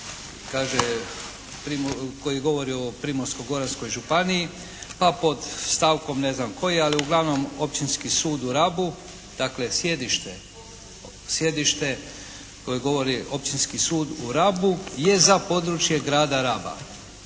koji govori o Primorsko-goranskoj županiji, pa pod stavkom ne znam koji, ali uglavnom Općinski sud u Rabu, dakle sjedište koje govori Općinski sud u Rabu je za područje Grada Raba.